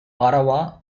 ottawa